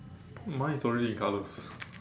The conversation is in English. mine is already in color